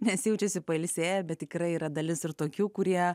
nes jaučiasi pailsėję bet tikrai yra dalis ir tokių kurie